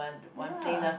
ya